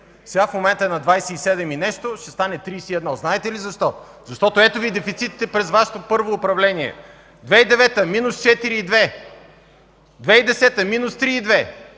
Сега в момента е на 27 и нещо, ще стане 31. Знаете ли защо? Защото, ето Ви дефицитите през Вашето първо управление: 2009 г. – минус 4,2; 2010 г. – минус 3,2;